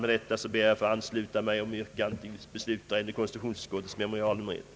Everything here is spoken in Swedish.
Med detta ber jag att få ansluta mig till bifallsyrkandet.